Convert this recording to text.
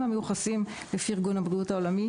המיוחסים לפי ארגון הבריאות העולמי.